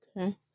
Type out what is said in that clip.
Okay